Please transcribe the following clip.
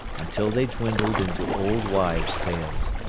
until they dwindled into old wives' tales,